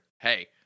hey